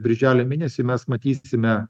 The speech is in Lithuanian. birželio mėnesiui mes matysime